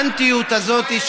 לכן אני מתפלא על האנטיות הזאת,